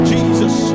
Jesus